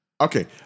Okay